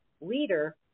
leader